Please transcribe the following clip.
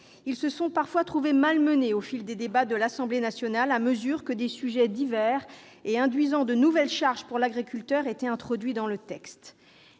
Ils se sont parfois trouvés malmenés, au fil des débats à l'Assemblée nationale, à mesure que des sujets divers et induisant de nouvelles charges pour l'agriculteur étaient introduits. Monsieur le